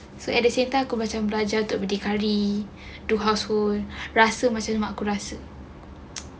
so at the same time kau belajar untuk berdikari do household rasa macam mak aku rasa